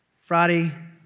Friday